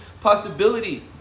possibility